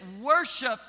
worship